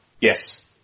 Yes